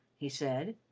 he said.